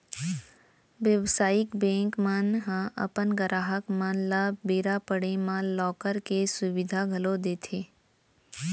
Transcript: बेवसायिक बेंक मन ह अपन गराहक मन ल बेरा पड़े म लॉकर के सुबिधा घलौ देथे